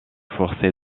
forcé